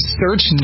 search